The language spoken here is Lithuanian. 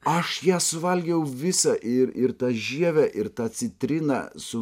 aš ją suvalgiau visą ir ir tą žievę ir tą citriną su